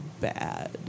bad